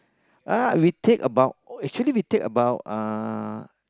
ah we take about oh actually we take about uh